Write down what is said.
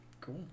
cool